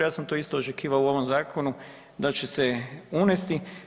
Ja sam to isto očekivao u ovom zakonu da će se unesti.